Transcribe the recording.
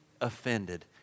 offended